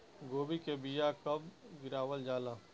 गोभी के बीया कब गिरावल जाला?